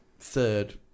third